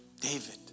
David